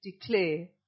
declare